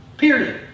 Period